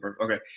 okay